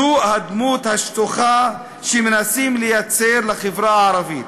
זו הדמות השטוחה שמנסים לייצר לחברה הערבית.